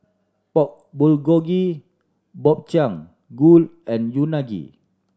Pork Bulgogi Gobchang Gui and Unagi